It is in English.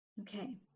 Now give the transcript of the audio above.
Okay